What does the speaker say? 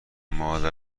مادر